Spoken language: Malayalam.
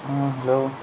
ആ ഹലോ